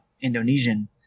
Indonesian